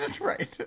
right